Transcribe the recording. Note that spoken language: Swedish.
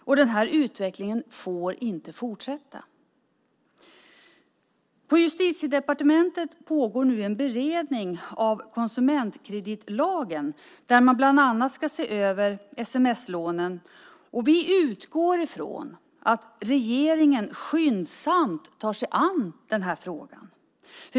Det är en utveckling som inte får fortsätta. På Justitiedepartementet pågår nu en beredning av konsumentkreditlagen där man bland annat ska se över sms-lånen, och vi utgår ifrån att regeringen skyndsamt tar sig an denna fråga.